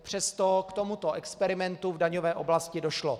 Přesto k tomuto experimentu v daňové oblasti došlo.